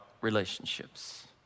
relationships